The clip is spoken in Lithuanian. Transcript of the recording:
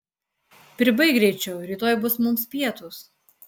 pribaik greičiau rytoj bus mums pietūs